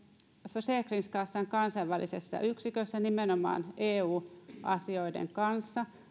försäkringskassanin kansainvälisessä yksikössä nimenomaan eu asioiden kanssa